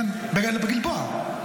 כן, בגלבוע.